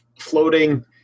floating